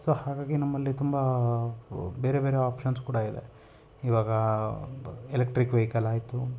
so ಹಾಗಾಗಿ ನಮ್ಮಲ್ಲಿ ತುಂಬ ಬೇರೆ ಬೇರೆ ಆಪ್ಷನ್ಸ್ ಕೂಡ ಇದೆ ಇವಾಗ ಎಲೆಕ್ಟ್ರಿಕ್ ವೆಹಿಕಲ್ ಆಯಿತು